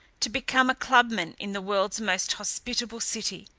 to become a clubman in the world's most hospitable city,